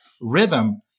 rhythm